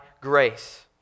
grace